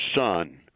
Son